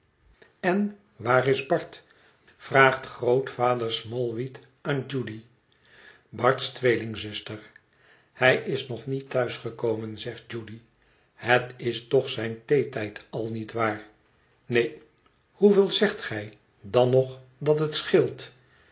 en waar is bart vraagt grootvader smallweed aan judy bart's tweelingzuster hij is nog niet thuis gekomen zegt judy het is toch zijn theetijd al niet waar neen hoeveel zegt gij dan nog dat het scheelt